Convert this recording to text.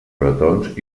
bretons